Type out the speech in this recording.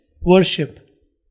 worship